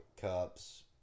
cups